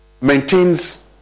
maintains